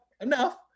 enough